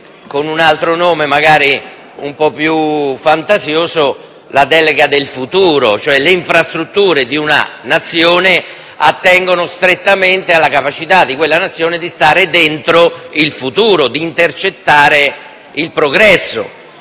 con altro nome, magari più fantasioso, la "delega del futuro": le infrastrutture di una Nazione attengono strettamente alla sua capacità di stare dentro il futuro e intercettare il progresso.